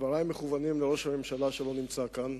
דברי מכוונים לראש הממשלה שלא נמצא כאן,